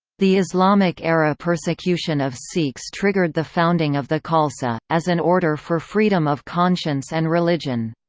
the islamic era persecution of sikhs triggered the founding of the khalsa, as an order for freedom of conscience and religion.